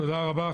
תודה רבה.